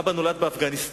אבא נולד באפגניסטן,